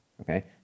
Okay